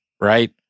right